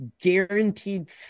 guaranteed